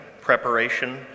preparation